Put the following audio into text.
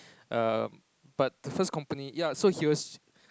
uh but the first company ya he was